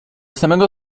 samego